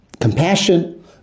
compassion